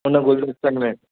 हुन गुलदस्तनि में